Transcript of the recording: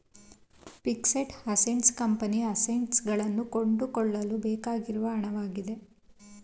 fixed assets ಕಂಪನಿಯ assets ಗಳನ್ನು ಕೊಂಡುಕೊಳ್ಳಲು ಬೇಕಾಗಿರುವ ಹಣವಾಗಿದೆ